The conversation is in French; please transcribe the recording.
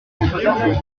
espagnole